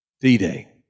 D-Day